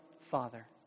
father